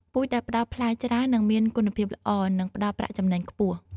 ពូជដែលផ្តល់ផ្លែច្រើននិងមានគុណភាពល្អ នឹងផ្ដល់ប្រាក់ចំណេញខ្ពស់។